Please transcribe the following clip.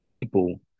people